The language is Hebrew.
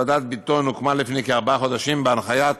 ועדת ביטון הוקמה לפני כארבעה חודשים בהנחיית